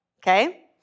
Okay